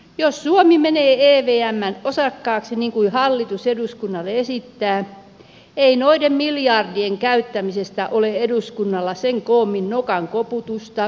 jos suomi menee evmn osakkaaksi niin kuin hallitus eduskunnalle esittää ei noiden miljardien käyttämisestä ole eduskunnalla sen koommin nokan koputusta